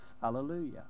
Hallelujah